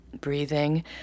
breathing